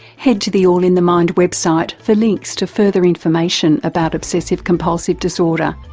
head to the all in the mind website for links to further information about obsessive compulsive disorder,